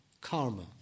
Karma